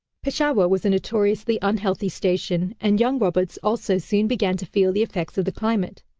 peshawar was a notoriously unhealthy station, and young roberts also soon began to feel the effects of the climate.